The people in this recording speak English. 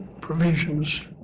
provisions